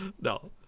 No